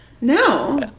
no